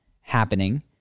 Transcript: happening